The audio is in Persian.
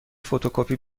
فتوکپی